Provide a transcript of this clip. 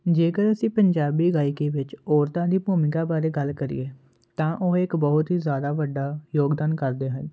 ਜੇਕਰ ਅਸੀਂ ਪੰਜਾਬੀ ਗਾਇਕੀ ਵਿੱਚ ਔਰਤਾਂ ਦੀ ਭੂਮਿਕਾ ਬਾਰੇ ਗੱਲ ਕਰੀਏ ਤਾਂ ਉਹ ਇੱਕ ਬਹੁਤ ਹੀ ਜ਼ਿਆਦਾ ਵੱਡਾ ਯੋਗਦਾਨ ਕਰਦੇ ਹੈ